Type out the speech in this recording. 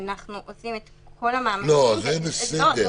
אנחנו עושים את כל המאמצים --- לא, זה בסדר.